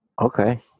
Okay